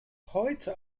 heute